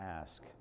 ask